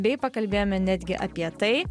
bei pakalbėjome netgi apie tai